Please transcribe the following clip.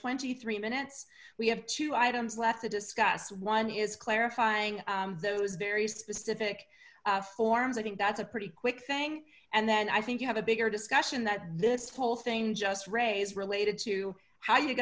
twenty three minutes we have two items left to discuss one is clarifying those very specific forms i think that's a pretty quick thing and then i think you have a bigger discussion that this whole thing just raised related to how you